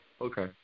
Okay